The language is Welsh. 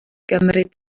gymryd